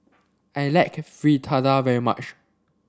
I like Fritada very much